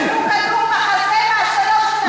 שני בנים שלי חטפו כדור בחזה מהשלום שלכם.